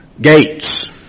Gates